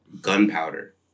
gunpowder